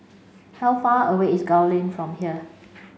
how far away is Gul Lane from here